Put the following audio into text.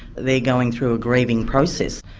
they're going through a grieving process,